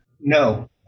No